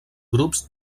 grups